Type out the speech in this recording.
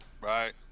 right